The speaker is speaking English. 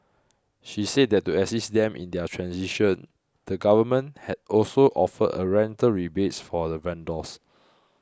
she said that to assist them in their transition the government has also offered a rental rebates for the vendors